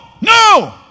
no